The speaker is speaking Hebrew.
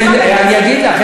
אני אגיד לך,